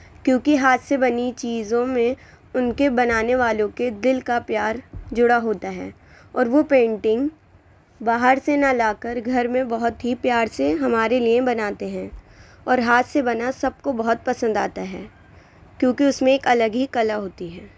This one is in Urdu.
کیونکہ ہاتھ سے بنی چیزوں میں ان کے بنانے والوں کے دل کا پیار جڑا ہوتا ہے اور وہ پینٹنگ باہر سے نہ لا کر گھر میں بہت ہی پیار سے ہمارے لیے بناتے ہے اور ہاتھ سے بنا سب کو بہت پسند آتا ہے کیونکہ اس میں ایک الگ ہی کلا ہوتی ہے